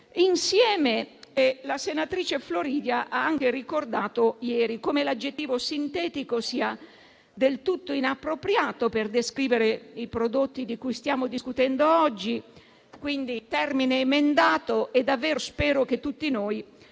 insieme. La senatrice Floridia ha ricordato ieri come l'aggettivo "sintetico" sia del tutto inappropriato per descrivere i prodotti di cui stiamo discutendo oggi. Quindi il termine va emendato e davvero spero che tutti noi